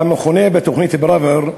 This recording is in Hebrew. המכונה תוכנית פראוור,